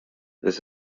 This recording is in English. this